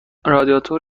رادیاتور